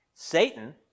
Satan